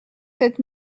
sept